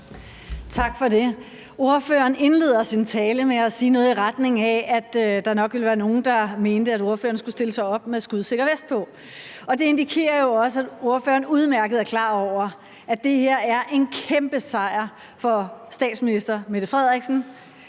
Tak for det. Ordføreren indleder sin tale med at sige noget i retning af, at der nok ville være nogle, der mente, at ordføreren skulle stille sig op med skudsikker vest på, og det indikerer jo også, at ordføreren udmærket er klar over, at det her er en kæmpe sejr for statsministeren, formentlig en